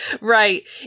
right